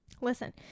listen